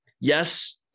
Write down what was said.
yes